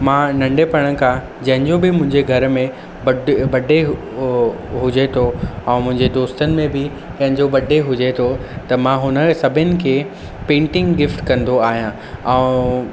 मां नंढिपण खां जंहिंजो बि मुंहिंजे घर में बडे बडे हुजे थो ऐं मुंहिंजे दोस्तनि में बि कंहिंजो बडे हुजे थो त मां हुननि सभिनि खे पेंटिंग गिफ्ट कंदो आहियां ऐं